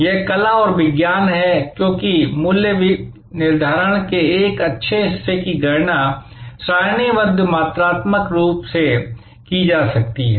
यह कला और विज्ञान है क्योंकि मूल्य निर्धारण के एक अच्छे हिस्से की गणना सारणीबद्ध मात्रात्मक रूप से की जा सकती है